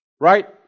Right